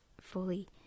fully